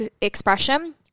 expression